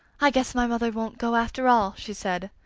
i guess my mother won't go, after all, she said.